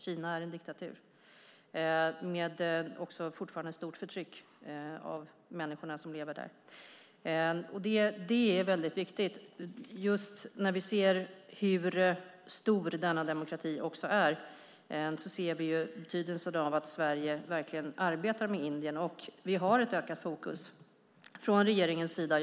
Kina är en diktatur och har fortfarande ett stort förtryck av människorna som lever där. När vi ser hur stor denna demokrati är ser vi betydelsen av att Sverige verkligen arbetar med Indien, och vi har ett ökat fokus från regeringens sida.